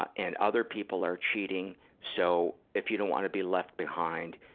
and other people are cheating, so if you don't want to be left behind,